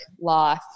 life